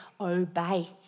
obey